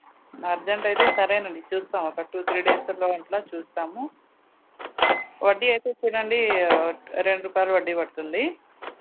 urgent అయితే సరే అండి చూస్తాం ఒక టూ త్రీ డేస్లో దాంట్లో చూస్తాము వడ్డీ వచ్చేసి అండి రెండు రూపాయలు వడ్డీ పడుతుంది